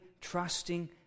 trusting